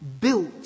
Built